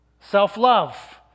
self-love